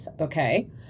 Okay